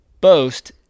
boast